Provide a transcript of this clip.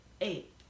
Eight